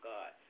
God